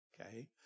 okay